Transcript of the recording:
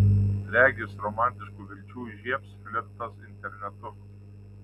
regis romantiškų vilčių įžiebs flirtas internetu